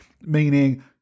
meaning